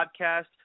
Podcast